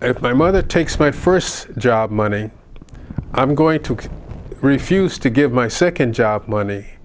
if my mother takes my first job money i'm going to refuse to give my second job money